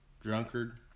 drunkard